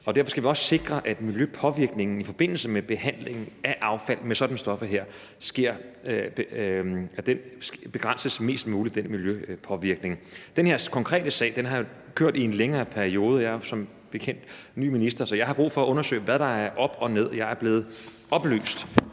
Derfor skal vi også sikre, at miljøpåvirkningen i forbindelse med behandlingen af affald med sådanne stoffer her sker, så den miljøpåvirkning begrænses mest muligt. Den her konkrete sag har kørt i en længere periode, og jeg er som bekendt ny minister, så jeg har brug for at undersøge, hvad der er op og ned. Jeg er blevet oplyst